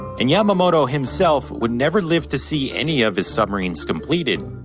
and yamamato himself would never live to see any of his submarines completed.